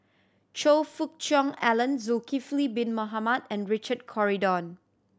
Choe Fook Cheong Alan Zulkifli Bin Mohamed and Richard Corridon